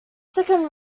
second